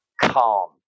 calm